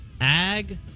Ag